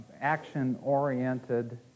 action-oriented